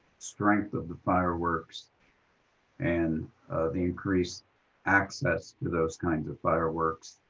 strength of the fireworks and the increase access to those kinds of fireworks